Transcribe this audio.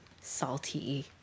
salty